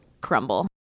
crumble